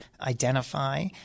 identify